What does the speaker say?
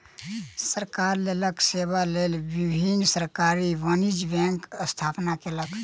सरकार लोकक सेवा लेल विभिन्न सरकारी वाणिज्य बैंकक स्थापना केलक